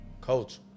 coach